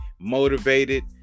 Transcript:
motivated